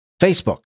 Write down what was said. Facebook